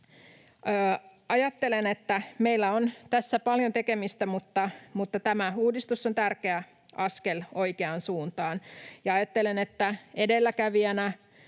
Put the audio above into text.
Ajattelen, että meillä on tässä paljon tekemistä, mutta tämä uudistus on tärkeä askel oikeaan suuntaan, ja ajattelen, että edelläkävijänä